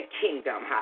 kingdom